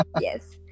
Yes